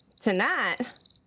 Tonight